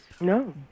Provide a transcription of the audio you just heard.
No